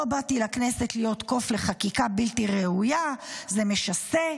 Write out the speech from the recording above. באתי לכנסת להיות קוף לחקיקה בלתי ראויה --- זה משסה,